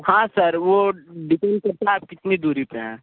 हाँ सर वो डिपेंड करता है आप कितनी दूरी पर हैं